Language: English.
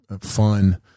fun